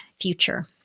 future